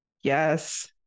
Yes